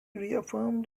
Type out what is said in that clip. reaffirmed